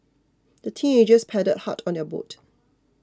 the teenagers paddled hard on their boat